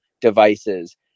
devices